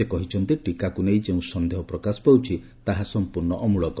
ସେ କହିଛନ୍ତି ଟିକାକୁ ନେଇ ଯେଉଁ ସନ୍ଦେହ ପ୍ରକାଶ ପାଉଛି ତାହା ସମ୍ପୂର୍ଣ୍ଣ ଅମ୍ଳକ